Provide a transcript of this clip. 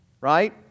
right